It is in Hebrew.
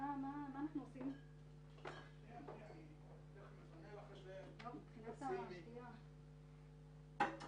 אני מקווה שזה ייגמר